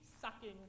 sucking